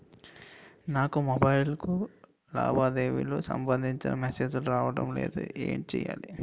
నాకు మొబైల్ కు లావాదేవీలకు సంబందించిన మేసేజిలు రావడం లేదు ఏంటి చేయాలి?